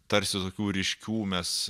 tarsi tokių ryškių mes